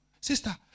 sister